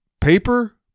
paper